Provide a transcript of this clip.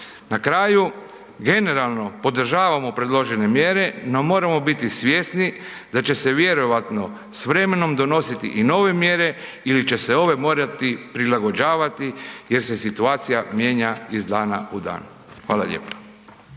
Na kraju, generalno podržavamo predložene mjere, no moramo biti svjesni da će se vjerojatno s vremenom donositi i nove mjere ili će se ove morati prilagođavati jer se situacija mijenja iz dana u dan. Hvala lijepo.